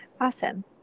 Awesome